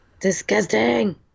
Disgusting